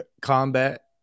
combat